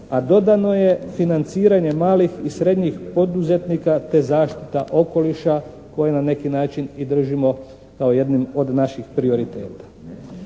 a dodano je financiranje malih i srednjih poduzetnika te zaštita okoliša koju na neki način i držimo kao jednim od naših prioriteta.